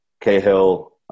Cahill